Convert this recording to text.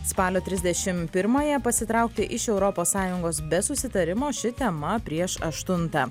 spalio trisdešimt pirmąją pasitraukti iš europos sąjungos be susitarimo ši tema prieš aštuntą